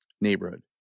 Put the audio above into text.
neighborhood